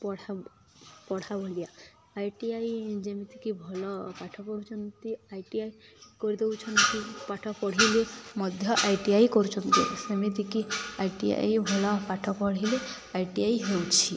ପଢ଼ା ପଢ଼ା ଭଳିଆ ଆଇ ଟି ଆଇ ଯେମିତିକି ଭଲ ପାଠ ପଢ଼ୁଛନ୍ତି ଆଇ ଟି ଆଇ କରି ଦେଉଛନ୍ତି ପାଠ ପଢ଼ିଲେ ମଧ୍ୟ ଆଇ ଟି ଆଇ କରୁଛନ୍ତି ସେମିତିକି ଆଇ ଟି ଆଇ ଭଲ ପାଠ ପଢ଼ିଲେ ଆଇ ଟି ଆଇ ହେଉଛି